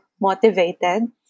motivated